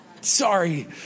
Sorry